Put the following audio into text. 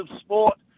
sport